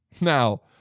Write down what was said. Now